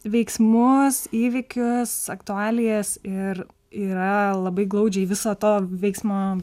veiksmus įvykius aktualijas ir yra labai glaudžiai viso to veiksmo